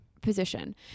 position